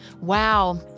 wow